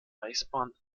reichsbahn